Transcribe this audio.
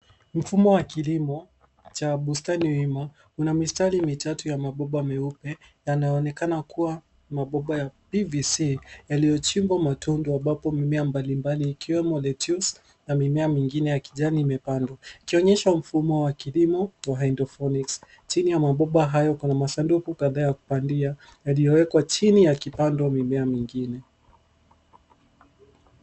Mfumo wa kilimo cha bustani wima, una mistari mitatu ya mabomba meupe yanayoonekana kuwa mabomba ya PVC yaliyochimbwa matundu ambapo mimea mbalimbali ikiwemo lettuce na mimea mingine ya kijani imepandwa ikionyesha mfumo wa kilimo wa hydroponics . Chini ya mabomba hayo kuna masanduku kadhaa ya kupandia yaliyowekwa chini yakipandwa ya mimea mingine.